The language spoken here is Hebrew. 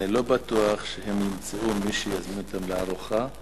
אני לא בטוח שהם ימצאו מי שיזמין אותם לארוחה.